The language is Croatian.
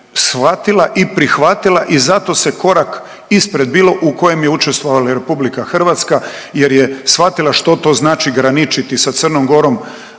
shvatila i prihvatila i zato se korak ispred bilo u kojem je učestvovala i RH jer je shvatila što to znači graničiti sa Crnom Gorom